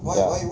ya